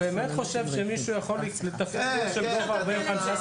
אתם באמת חושבים שמישהו יכול ללכת בגובה הזה?